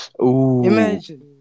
Imagine